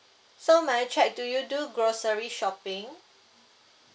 so may I check do you do grocery shopping